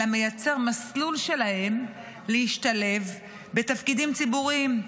אלא מייצר מסלול שלהם להשתלב בתפקידים ציבוריים.